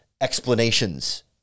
explanations